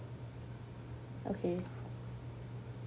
okay